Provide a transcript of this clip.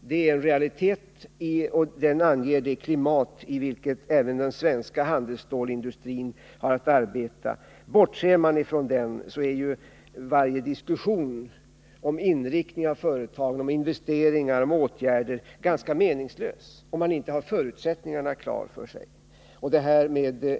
Den är en realitet, och den anger det klimat i vilket även den svenska handelsstålsindustrin har att arbeta. Bortser man från den internationella stål marknaden, är varje diskussion om företagens inriktning och om investeringar och andra åtgärder ganska meningslös. Man måste ha förutsättningarna klara för sig.